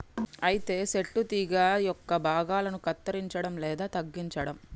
అయితే సెట్టు లేదా తీగ యొక్క భాగాలను కత్తిరంచడం లేదా తగ్గించడం